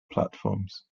platforms